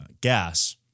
gas